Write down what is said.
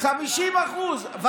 50% לכולנו.